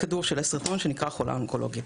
כדור של עשרה טונים, שנקרא: חולה אונקולוגית.